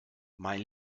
mein